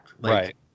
right